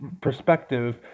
perspective